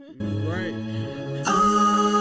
Right